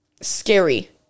scary